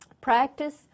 Practice